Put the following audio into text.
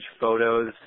photos